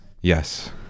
yes